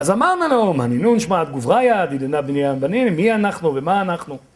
אז אמרנו לו "מן אנון שמהת גבריא די דנה בנינא בנין", מי אנחנו ומה אנחנו,